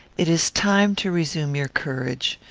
it is time to resume your courage.